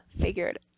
figured